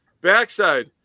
backside